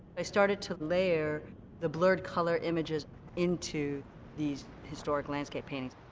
i started to layer the blurred color images into these historic landscape paintings.